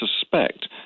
suspect